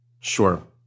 Sure